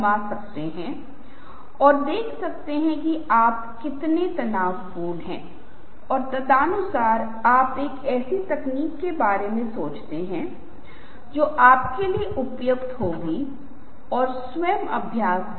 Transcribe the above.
इसलिए प्रस्तुतीकरण को जोड़ना प्रस्तुति के एक हिस्से को हाइपर लिंक करना प्रस्तुति के दूसरे भाग में जोड़ना ये कुछ चीजें हैं जहाँ मैं आपके लिए कुछ पुस्तकों की सिफारिश करूंगा और कुछ साइटों के लिए सिफारिश करूंगा आप और आप वहां जा सकते हैं और पता लगा सकते हैं कि यह कैसे करना है यदि इस प्रकार की प्रस्तुति के भीतर इसका विवरण देना संभव नहीं है